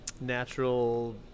natural